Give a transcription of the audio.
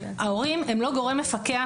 ההורים הם לא גורם מפקח.